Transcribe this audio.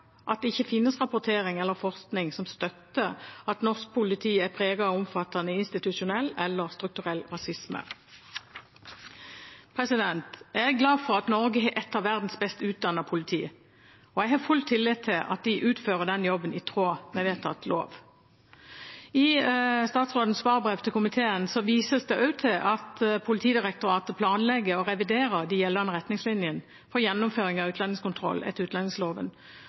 at det ikke finnes rapportering eller forskning som støtter at norsk politi er preget av omfattende institusjonell eller strukturell rasisme. Jeg er glad for at Norge har et av verdens best utdannede politi, og jeg har full tillit til at de utfører denne jobben i tråd med vedtatt lov. I statsrådens svarbrev til komiteen vises det også til at Politidirektoratet planlegger å revidere de gjeldende retningslinjene for gjennomføring av utlendingskontroll etter utlendingsloven,